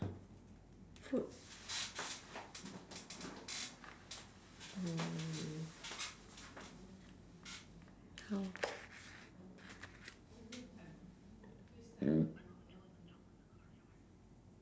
food hmm how